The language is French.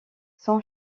son